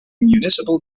municipal